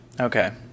Okay